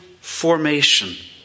formation